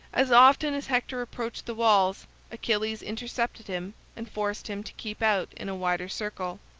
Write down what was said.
as often as hector approached the walls achilles intercepted him and forced him to keep out in a wider circle.